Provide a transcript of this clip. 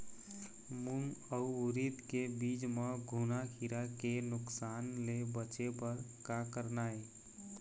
मूंग अउ उरीद के बीज म घुना किरा के नुकसान ले बचे बर का करना ये?